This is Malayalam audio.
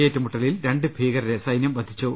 ഏറ്റു മുട്ടലിൽ രണ്ട് ഭീകരരെ സൈന്യം വധിച്ചു